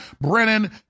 Brennan